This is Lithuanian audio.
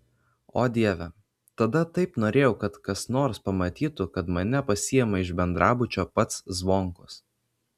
o dieve tada taip norėjau kad kas nors pamatytų kad mane pasiima iš bendrabučio pats zvonkus